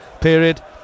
period